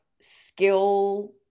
skill